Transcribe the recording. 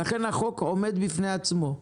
ולכן, החוק עומד בפני עצמו.